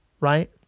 right